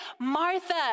Martha